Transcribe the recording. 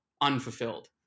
unfulfilled